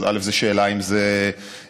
אז זו שאלה אם זה מוצדק,